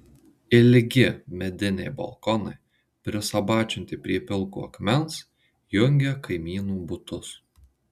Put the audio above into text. ilgi mediniai balkonai prisabačinti prie pilko akmens jungia kaimynų butus